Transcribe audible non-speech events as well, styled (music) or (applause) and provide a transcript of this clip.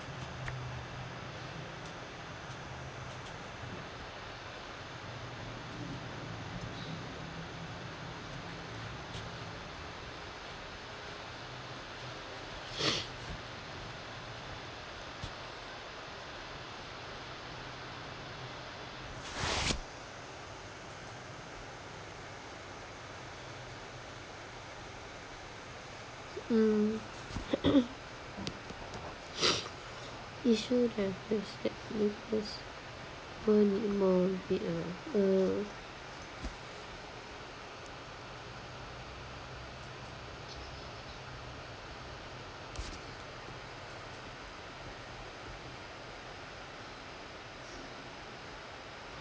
(noise) mm (noise) issue the first step will need more repeat around uh